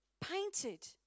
painted